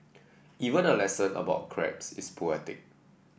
even a lesson about crabs is poetic